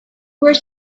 were